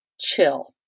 chill